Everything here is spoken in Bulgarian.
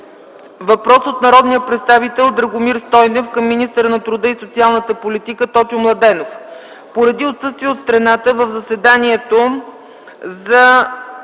въпрос от народния представител Драгомир Стойнев към министъра на труда и социалната политика Тотю Младенов.